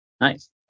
Nice